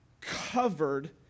covered